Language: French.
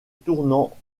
tournant